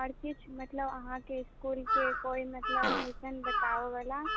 आओर किछु मतलब अहाँके इस्कुलके कोइ मतलब अइसन बताबयवला